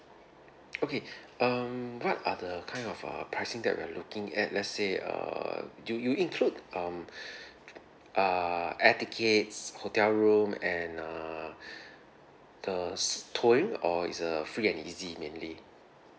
okay um what are the kind of err pricing that we are looking at let's say err do you include um err air tickets hotel room and uh the s~ touring or it's a free and easy mainly